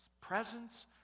Presence